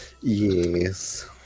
Yes